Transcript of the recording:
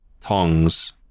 tongs